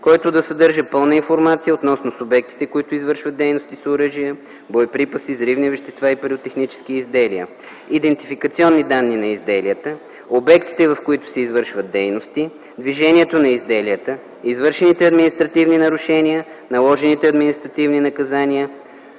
който да съдържа пълна информация относно субектите, които извършват дейности с оръжие, боеприпаси, взривни вещества и пиротехнически изделия, идентификационни данни на изделията, обектите, в които се извършват дейности, движението на изделията, извършените административни нарушения, наложените административни наказания